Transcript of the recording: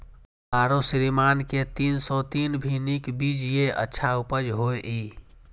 आरो श्रीराम के तीन सौ तीन भी नीक बीज ये अच्छा उपज होय इय?